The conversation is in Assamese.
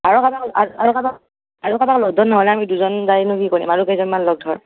আৰু কাৰবাক আৰু আৰু কাৰবাক আৰু কাৰবাক ল'গ ধৰ নহ'লে আমি দুজন যায় নো কি কৰিম আৰু কেইজন মান লগ ধৰ